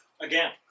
Again